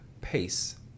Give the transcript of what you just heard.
pace